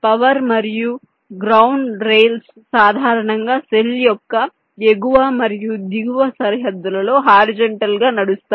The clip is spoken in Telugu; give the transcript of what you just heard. పవర్ మరియు గ్రౌండ్ రైల్స్ సాధారణంగా సెల్ యొక్క ఎగువ మరియు దిగువ సరిహద్దులకు హారిజంటల్ గా నడుస్తాయి